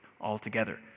altogether